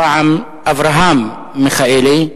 הפעם אברהם מיכאלי,